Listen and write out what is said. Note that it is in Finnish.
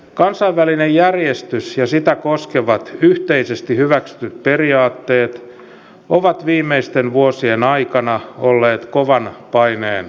kansainvälinen järjestys ja sitä koskevat yhteisesti hyväksytyt periaatteet ovat viimeisten vuosien aikana olleet kovan paineen alla